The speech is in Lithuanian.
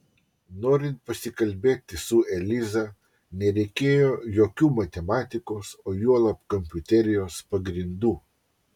norint pasikalbėti su eliza nereikėjo jokių matematikos o juolab kompiuterijos pagrindų